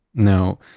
now,